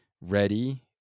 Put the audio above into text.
ready